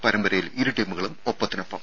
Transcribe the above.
പരമ്പരയിൽ ഇരു ടീമുകളും ഒപ്പത്തിനൊപ്പം